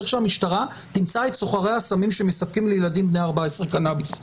צריך שהמשטרה תמצא את סוחרי הסמים שמספקים לילדים בני 14 קנאביס.